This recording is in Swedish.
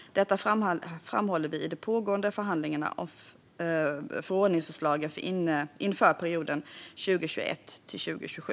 Detta framhåller vi i de pågående förhandlingarna om förordningsförslagen inför perioden 2021-2027.